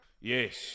Yes